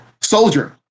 Soldier